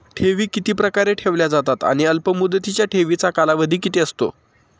ठेवी किती प्रकारे ठेवल्या जातात आणि अल्पमुदतीच्या ठेवीचा कालावधी किती आहे?